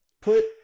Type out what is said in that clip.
Put